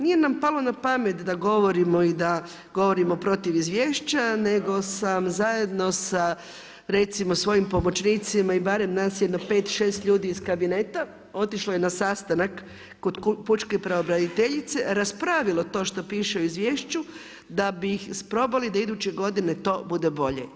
Nije nam palo na pamet da govorimo i da govorimo protiv izvješća nego sam zajedno sa recimo svojim pomoćnicima i barem nas jedno pet, šest ljudi iz kabineta otišlo je na sastanak kod pučke pravobraniteljice, raspravilo to što piše u izvješću da bi isprobali da iduće godine to bude bolje.